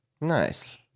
Nice